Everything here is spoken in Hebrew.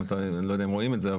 לא יודע אם רואים את זה.